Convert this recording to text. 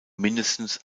mindestens